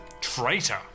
Traitor